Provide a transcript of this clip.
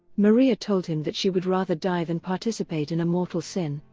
maria told him that she would rather die than participate in a mortal sin,